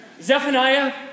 Zephaniah